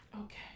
Okay